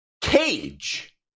cage